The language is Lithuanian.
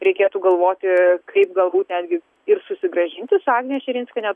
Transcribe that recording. reikėtų galvoti kaip galbūt netgi ir susigrąžinti su agne širinskiene